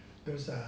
those err